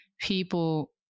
people